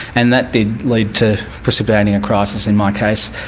and that did lead to precipitating a crisis, in my case.